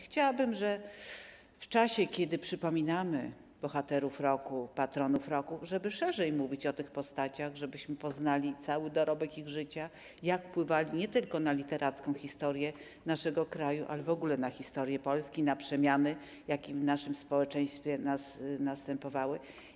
Chciałabym, żebyśmy w czasie, kiedy przypominamy bohaterów roku, patronów roku, szerzej mówili o tych postaciach, żebyśmy poznali cały dorobek ich życia, to, jak wpływali nie tylko na literacką historię naszego kraju, ale w ogóle na historię Polski, na przemiany, jakie w naszym społeczeństwie następowały.